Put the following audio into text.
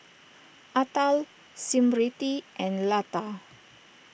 Atal Smriti and Lata